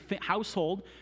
household